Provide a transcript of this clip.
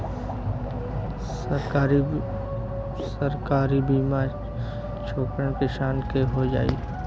सरकारी बीमा छोटकन किसान क हो जाई?